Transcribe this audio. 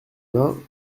vingts